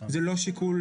זה לא שיקול.